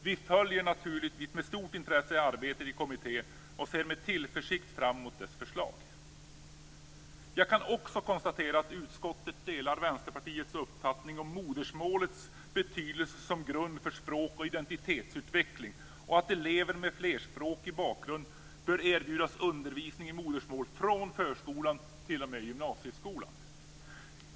Vi följer naturligtvis med stort intresse arbetet i kommittén och ser med tillförsikt fram emot dess förslag. Jag kan också konstatera att utskottet delar Vänsterpartiets uppfattning om modersmålets betydelse som grund för språk och identitetsutveckling och att elever med flerspråkig bakgrund bör erbjudas undervisning i modersmål från förskolan t.o.m. gymnasieskolan.